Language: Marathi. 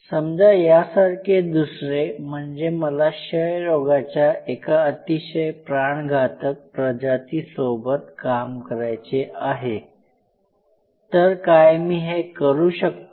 समजा यासारखे दुसरे म्हणजे मला क्षयरोगाच्या एका अतिशय प्राणघातक प्रजातीसोबत काम करायचे आहे तर काय मी हे करू शकतो